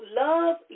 love